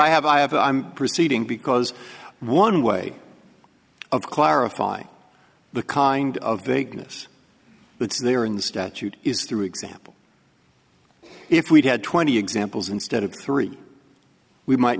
i have i have i'm proceeding because one way of clarifying the kind of the ignus that's there in the statute is through example if we'd had twenty examples instead of three we might